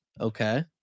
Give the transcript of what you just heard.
Okay